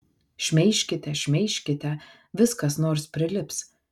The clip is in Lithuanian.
šmeižkite šmeižkite vis kas nors prilips